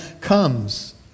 comes